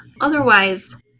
Otherwise